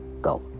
Go